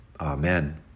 Amen